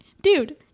dude